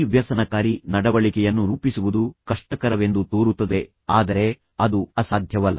ಈ ವ್ಯಸನಕಾರಿ ನಡವಳಿಕೆಯನ್ನು ರೂಪಿಸುವುದು ಕಷ್ಟಕರವೆಂದು ತೋರುತ್ತದೆ ಆದರೆ ಅದು ಅಸಾಧ್ಯವಲ್ಲ